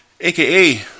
AKA